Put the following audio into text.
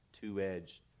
two-edged